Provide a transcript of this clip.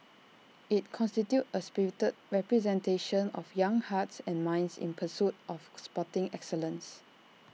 IT constitutes A spirited representation of young hearts and minds in pursuit of sporting excellence